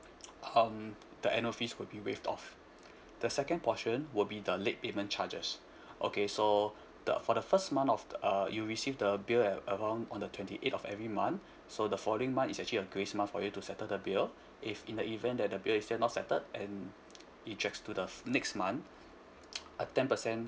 um the annual fees will be waived off the second portion will be the late payment charges okay so the for the first month of uh you receive the bill um on the twenty eight of every month so the following month is actually a grace month for you to settle the bill if in the event that the bill is still not settled and it drags to the next month a ten percent